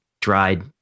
dried